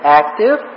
active